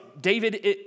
David